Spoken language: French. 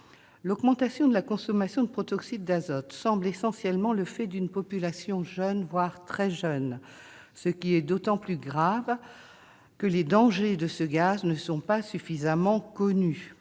L'augmentation de la consommation de protoxyde d'azote semble essentiellement le fait d'une population jeune, voire très jeune. C'est d'autant plus grave que les dangers du gaz ne sont pas suffisamment connus.